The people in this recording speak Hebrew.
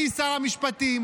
אני שר המשפטים,